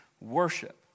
worship